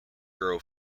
grow